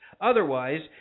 Otherwise